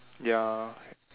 ya